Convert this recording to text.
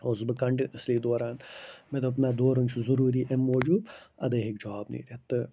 اوسُس بہٕ کَنٹِنیُوَسلی دوران مےٚ دوٚپ نَہ دورُن چھُ ضٔروٗری اَمہِ موٗجوٗب اَدَے ہیٚکہِ جاب نیٖرِتھ تہٕ